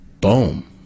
Boom